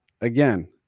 again